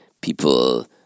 people